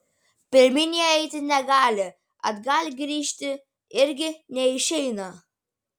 pirmyn jie eiti negali atgal grįžti irgi neišeina